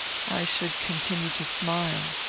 i should continue to smile.